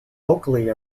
locally